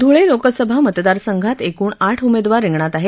ध्ळे लोकसभा मतदारसंघात एकूण आठ उमेदवार रिंगणात आहेत